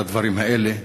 לדברים האלה.